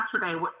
yesterday